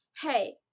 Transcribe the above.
Hey